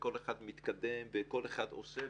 וכל אחד מתקדם וכל אחד עושה,